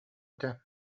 этэ